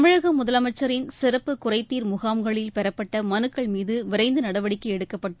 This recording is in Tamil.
தமிழக முதலமைச்சரின் சிறப்பு குறைதீர் முகாம்களில் பெறப்பட்ட மனுக்கள் மீது விரைந்து நடவடிக்கை எடுக்கப்பட்டு